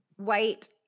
White